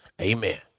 Amen